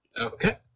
Okay